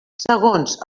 segons